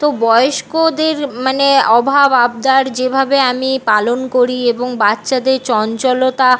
তো বয়স্কদের মানে অভাব আবদার যেভাবে আমি পালন করি এবং বাচ্ছাদের চঞ্চলতা